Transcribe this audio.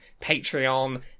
Patreon